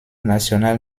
national